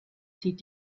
zieht